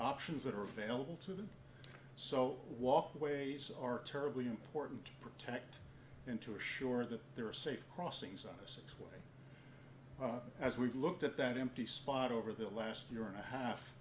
options that are available to them so walkways are terribly important protect and to assure that there are safe crossings honest as we've looked at that empty spot over the last year and a